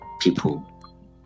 people